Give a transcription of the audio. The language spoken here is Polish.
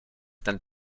ten